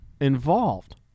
involved